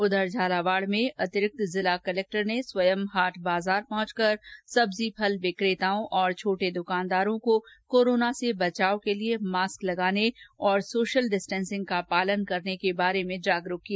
उधर झालावाड में अतिरिक्त जिला कलेक्टर ने स्वयं हाट बाजार पहुंचकर सब्जी फल विक्रेताओं और छोटे दुकानदारों को कोरोना से बचाव के लिए मास्क लगाने और सोशल डिस्टेन्सिंग का पालन करने के बारे में जागरुक किया